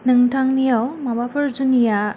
नोंथांनियाव माबाफोर जुनिया